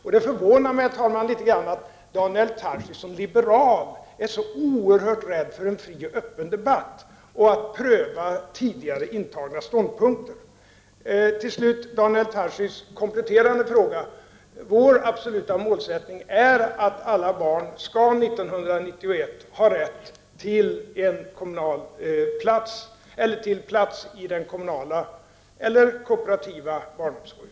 Det förvånar mig litet grand att Daniel Tarschys som liberal är så oerhört rädd för en fri och öppen debatt och för att pröva tidigare intagna ståndpunkter. Till sist vill jag komplettera med att till Daniel Tarschys säga att vår absoluta målsättning är att alla barn skall 1991 ha rätt till en pl munala eller kooperativa barnomsorgen.